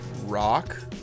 Rock